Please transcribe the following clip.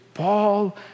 Paul